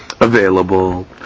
available